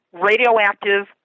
radioactive